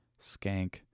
skank